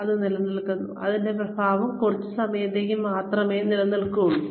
അത് നിലനിൽക്കുന്നു അതിന്റെ പ്രഭാവം കുറച്ച് സമയത്തേക്ക് മാത്രമേ നിലനിൽക്കൂ